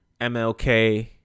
MLK